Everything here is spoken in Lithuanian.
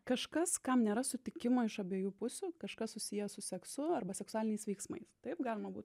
kažkas kam nėra sutikimo iš abiejų pusių kažkas susiję su seksu arba seksualiniais veiksmais taip galima būtų